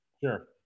Sure